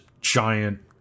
giant